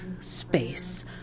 space